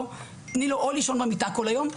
תני לו או לישון במיטה כל היום,